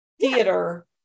theater